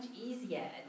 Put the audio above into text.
easier